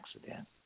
accident